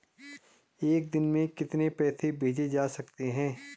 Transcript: एक दिन में कितने पैसे भेजे जा सकते हैं?